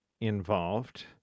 involved